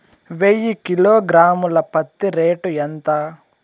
వెయ్యి కిలోగ్రాము ల పత్తి రేటు ఎంత?